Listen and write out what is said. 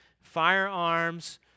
firearms